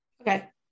Okay